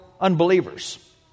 unbelievers